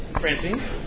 Francine